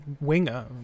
winger